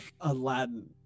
Aladdin